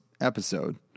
episode